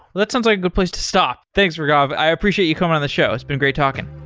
that's sounds like a good place to stop. thanks raghav. i appreciate you coming on the show. it's been great talking.